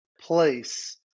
place